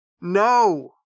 No